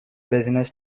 business